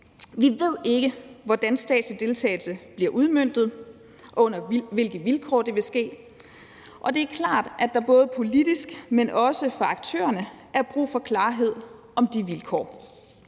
Vi ved ikke, hvordan statslig deltagelse bliver udmøntet, og under hvilke vilkår det vil ske. Det er klart, at der både politisk, men også fra aktørerne er brug for klarhed om de vilkår.